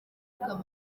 akamaro